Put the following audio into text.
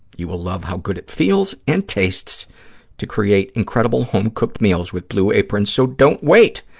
you will love how good it feels and tastes to create incredible home-cooked meals with blue apron. so, don't wait.